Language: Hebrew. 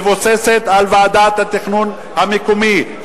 מבוססת על ועדת התכנון המקומית,